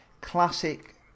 classic